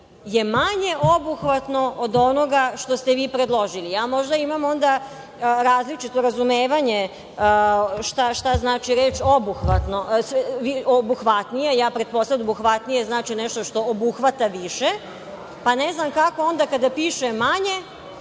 je manje obuhvatno od onoga što ste vi predložili? Možda imam različito razumevanje šta znači reč – obuhvatno, obuhvatnije? Ja pretpostavljam da obuhvatnije, znači nešto što obuhvata više, pa ne znam onda kako kada piše manje